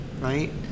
right